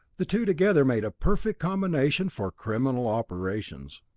the two together made a perfect combination for criminal operations.